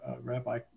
Rabbi